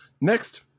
Next